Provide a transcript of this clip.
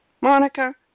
Monica